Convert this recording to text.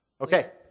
Okay